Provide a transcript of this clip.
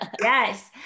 yes